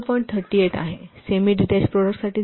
38 आहे semi detach प्रॉडक्टसाठी हे 0